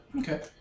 Okay